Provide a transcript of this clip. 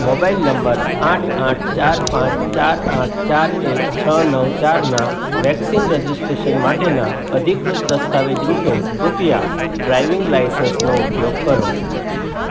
mobile number આઠ આઠ ચાર પાંચ ચાર આઠ ચાર એક છ નવ ચારનાં વેક્સિન રજિસ્ટ્રેશન માટેના અધિકૃત દસ્તાવેજ રૂપે કૃપયા ડ્રાઈવિંગ લાઇસન્સનો ઉપયોગ કરો